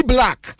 Black